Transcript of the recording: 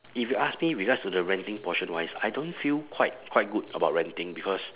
if you ask me regards to the renting portion wise I don't feel quite quite good about renting because